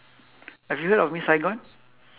have you heard of miss saigon